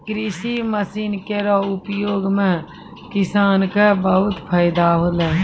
कृषि मसीन केरो प्रयोग सें किसान क बहुत फैदा होलै